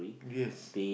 yes